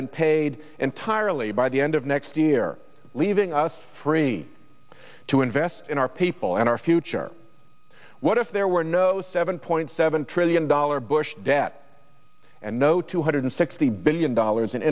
been paid entirely by the end of next year leaving us free to invest in our people and our future what if there were no seven point seven trillion dollar bush debt and no two hundred sixty billion dollars in